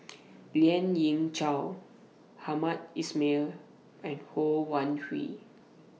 Lien Ying Chow Hamed Ismail and Ho Wan Hui